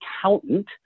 accountant